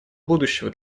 будущего